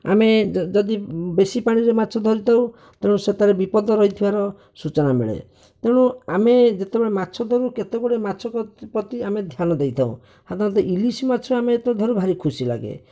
ଆମେ ଯଦି ବେଶି ପାଣିରେ ମାଛ ଧରିଥାଉ ତେଣୁ ସେଥେର ବିପଦ ରହିଥିବାର ସୂଚନା ମିଳେ ତେଣୁ ଆମେ ଯେତେବେଳେ ମାଛ ଧରୁ କେତେ ଗୁଡ଼ିଏ ମାଛ ପ୍ରତି ପ୍ରତି ଆମେ ଧ୍ୟାନ ଦେଇଥାଉ ୟା ଦେହରେ ଇଲିଶି ମାଛ ଆମେ ଯେତେବେଳେ ଧରୁ ଭାରି ଖୁସି ଲାଗେ